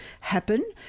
happen